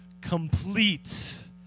complete